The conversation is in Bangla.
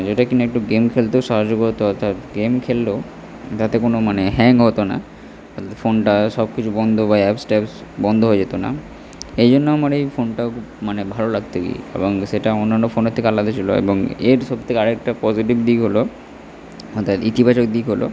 যেটা কিনা একটু গেম খেলতেও সাহায্য করত অর্থাৎ গেম খেললেও তাতে কোনও মানে হ্যাং হতো না ফোনটা সব কিছু বন্ধ বা অ্যাপস ট্যাপস বন্ধ হয়ে যেত না এই জন্য আমার এই ফোনটা মানে ভালো লাগত এবং সেটা অন্যান্য ফোনের থেকে আলাদা ছিল এবং এর সব থেকে আর একটা পজিটিভ দিক হল অর্থাৎ ইতিবাচক দিক হল